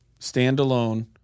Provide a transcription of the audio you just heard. standalone